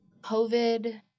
COVID